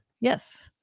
Yes